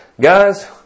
Guys